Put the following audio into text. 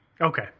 Okay